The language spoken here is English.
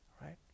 right